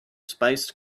spice